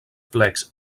plecs